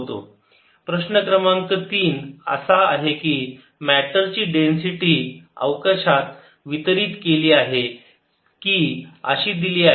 ϕR243π4dϕ2sin22R23π4 4R243π41 cos2ϕ2dϕ5πR24R22 प्रश्न क्रमांक 3 असा आहे मॅटर ची डेन्सिटी ची अवकाशात वितरीत केली आहे की अशी दिली आहे